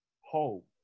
hope